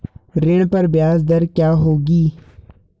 ऋण पर ब्याज दर क्या होगी?